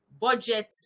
budget